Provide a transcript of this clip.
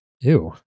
Ew